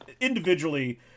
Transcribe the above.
individually